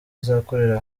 azakorera